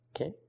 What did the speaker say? Okay